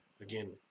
Again